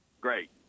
great